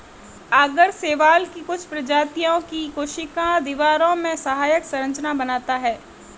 आगर शैवाल की कुछ प्रजातियों की कोशिका दीवारों में सहायक संरचना बनाता है